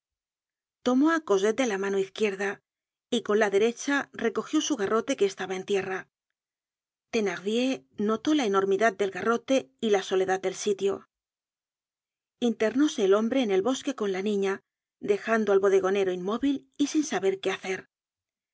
tomó á cosette de la mano izquierda y con la derecha recogió su garrote que estaba en tierra thenardier notó la enormidad del garrote y la soledad del sitio internóse el hombre en el bosque con la niña dejando al bodegonero inmóvil y sin saber qué hacer